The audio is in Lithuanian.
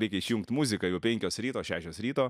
reikia išjungt muziką jau penkios ryto šešios ryto